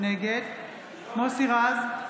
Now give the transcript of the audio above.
נגד מוסי רז,